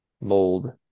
mold